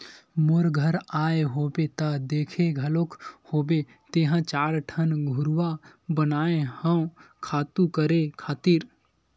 मोर घर आए होबे त देखे घलोक होबे तेंहा चार ठन घुरूवा बनाए हव खातू करे खातिर